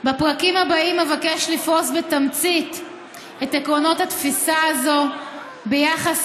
"בפרקים הבאים אבקש לפרוס בתמצית את עקרונות התפיסה הזו ביחס